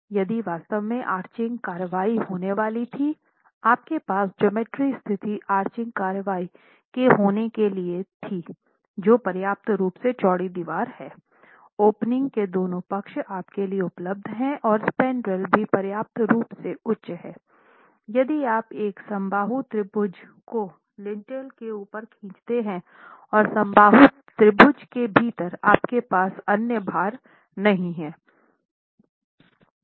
यदि वास्तव में आर्चिंग कार्रवाई होने वाली थी आपके पास ज्योमेट्री स्थिति आर्चिंग कार्रवाई के होने के लिए थी जो पर्याप्त रूप से चौड़ी दीवार है ओपनिंग के दोनों पक्ष आपके लिए उपलब्ध हैं और स्पैन्ड्रेल भी पर्याप्त रूप से उच्च है यदि आप एक समबाहु त्रिभुज को लिंटेल के ऊपर खींचते हैं और समबाहु त्रिभुज के भीतर आपके पास अन्य भार नहीं है